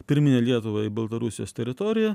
pirminę lietuvą į baltarusijos teritoriją